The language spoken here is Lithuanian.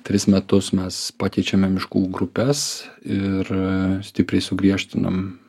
tris metus mes pakeičiame miškų grupes ir stipriai sugriežtinam